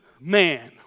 man